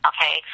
Okay